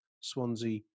Swansea